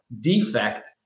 defect